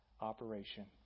operation